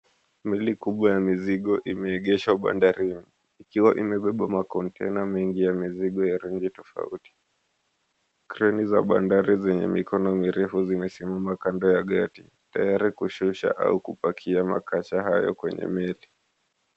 Meli kubwa ya mizigo imeegeshwa bandarini ikiwa imebeba makonteina mingi ya mizigo ya rangi tofauti. Kreni za bandari zenye mikono mirefu zimesimama kando ya gati tayari kushusha au kupakia makasa hayo kwenye meli.